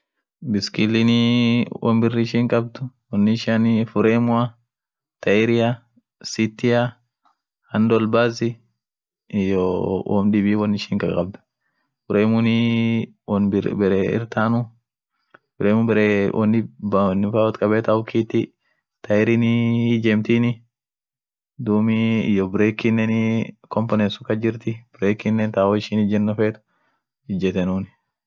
Woishin mashineanen, mashinii ta woyaan borcheten, amtan inaman birin woya harkaan borcheta amo mashine sun stimaan wot konecteteni raawoteni stima kas daabeni akasiin duum woya ta turia wotjeebiseni bisaan itbuuseni unum lakisenie wotguureni, ishin duum ak ishi borcheniit jira, borchite turi baasit